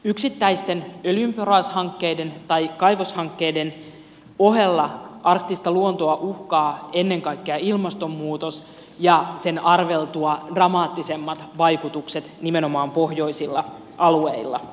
yksittäisten öljynporaushankkeiden tai kaivoshankkeiden ohella arktista luontoa uhkaa ennen kaikkea ilmastonmuutos ja sen arveltua dramaattisemmat vaikutukset nimenomaan pohjoisilla alueilla